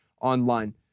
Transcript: online